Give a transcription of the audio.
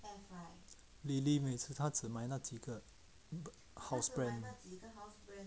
lily 每次她只买那几个 house brand